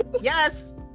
Yes